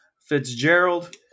Fitzgerald